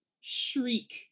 Shriek